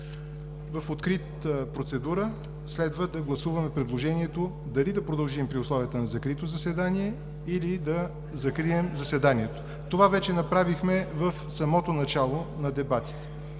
В открита процедура следва да гласуваме предложението дали да продължим при условията на закрито заседание, или да закрием заседанието. Това вече направихме в самото начало на дебатите.